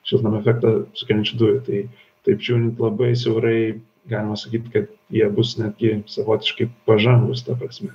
šiltnamio efektą sukeliančių dujų tai taip žiūrin labai siaurai galima sakyt kad jie bus netgi savotiškai pažangūs ta prasme